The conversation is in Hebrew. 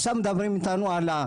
עכשיו מדברים איתנו על,